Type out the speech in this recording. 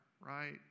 right